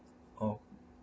oh[